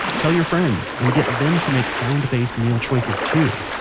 tell your friends and get them to make sound-based meal choices too.